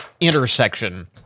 intersection